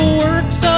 works